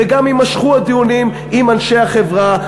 וגם יימשכו הדיונים עם אנשי החברה,